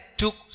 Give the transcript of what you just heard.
took